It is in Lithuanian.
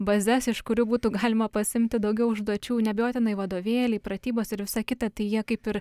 bazes iš kurių būtų galima pasiimti daugiau užduočių neabejotinai vadovėliai pratybos ir visa kita tai jie kaip ir